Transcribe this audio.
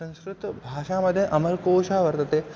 संस्कृतभाषामध्ये अमरकोशः वर्तते